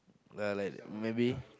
ya like maybe